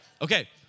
Okay